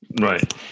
Right